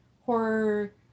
horror